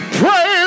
praise